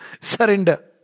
Surrender